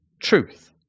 Truth